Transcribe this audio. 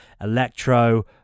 Electro